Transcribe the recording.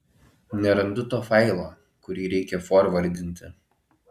nerandu to failo kurį reikia forvardinti